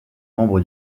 membre